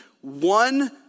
one